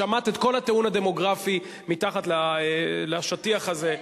שמט את כל הטיעון הדמוגרפי מתחת לשטיח הזה.